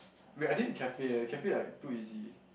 wait I didn't the cafe eh cafe like too easy